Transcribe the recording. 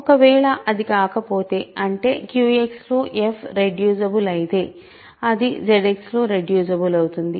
ఒకవేళ అది కాకపోతే అంటే QX లో f రెడ్యూసిబుల్ అయితే అది ZX లో రెడ్యూసిబుల్ అవుతుంది